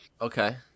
Okay